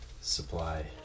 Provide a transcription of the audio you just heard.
supply